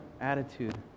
attitude